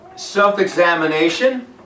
Self-examination